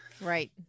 Right